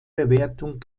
bewertung